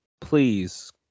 please